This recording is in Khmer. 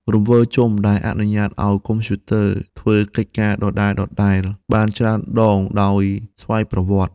រង្វិលជុំ ដែលអនុញ្ញាតឱ្យកុំព្យូទ័រធ្វើកិច្ចការដដែលៗបានច្រើនដងដោយស្វ័យប្រវត្តិ។